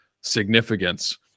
significance